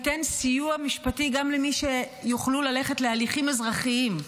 ייתן סיוע משפטי גם למי שיוכלו ללכת להליכים אזרחיים,